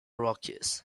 rockies